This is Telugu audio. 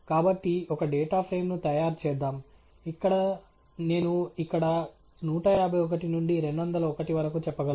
కాబట్టి ఒక డేటా ఫ్రేమ్ను తయారు చేద్దాం ఇక్కడ నేను ఇక్కడ 151 నుండి 201 వరకు చెప్పగలను